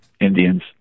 Indians